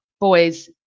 boys